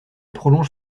prolonge